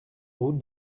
route